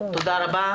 תודה רבה.